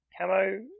camo